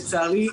לצערי,